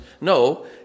no